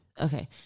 Okay